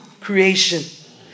creation